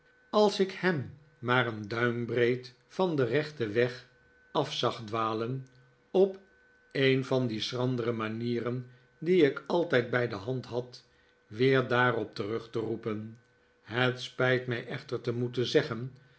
als ik hem maar een duimbreed van den rechten weg af zag dwalen op een van die schrandere manieren die ik altijd bij de hand had weer daarop terug te roepen het spijt mij echter te moeten zeggen